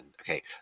Okay